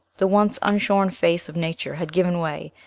the once unshorn face of nature had given way,